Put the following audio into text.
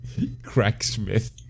Cracksmith